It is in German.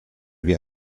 wir